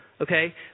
Okay